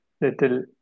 little